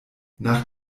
nach